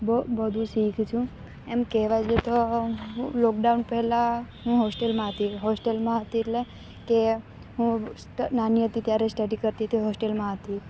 બહુ બધુ શીખી છું એમ જોવો તો લોકડાઉન પહેલા હું હોસ્ટેલમાં હતી એટલે કે હું નાની હતી ત્યારે સ્ટડી કરતી હતી હોસ્ટેલમાં હતી